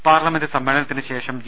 parliament സമ്മേളനത്തിനു ശേഷം G